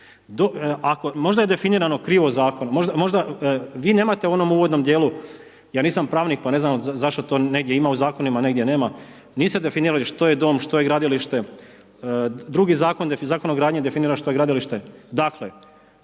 Možda je definirano krivo, vi nemate u onom uvodnom djelu, ja nisam pravnik pa ne znam zašto to negdje ima u zakonima a negdje nema, niste definirali što je dom, što je gradilište, drugi zakon, Zakon o gradnji definira što je gradilište. Dakle